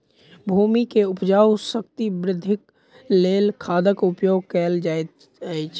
भूमि के उपजाऊ शक्ति वृद्धिक लेल खादक उपयोग कयल जाइत अछि